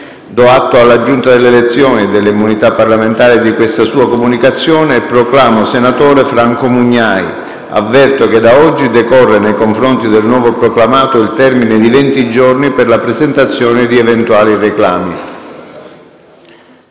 Do atto alla Giunta delle elezioni e delle immunità parlamentari di questa sua comunicazione e proclamo senatore Franco Mugnai. Avverto che da oggi decorre, nei confronti del nuovo proclamato, il termine di venti giorni per la presentazione di eventuali reclami.